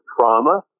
trauma